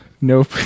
Nope